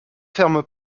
ferme